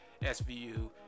svu